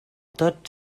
tot